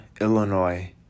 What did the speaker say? Illinois